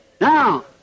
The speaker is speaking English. Now